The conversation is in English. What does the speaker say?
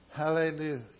Hallelujah